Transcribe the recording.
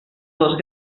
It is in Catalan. dels